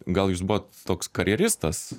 gal jūs buvot toks karjeristas